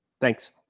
thanks